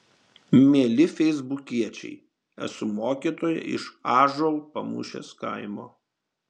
mieli feisbukiečiai esu mokytoja iš ąžuolpamūšės kaimo